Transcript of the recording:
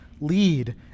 lead